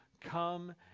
come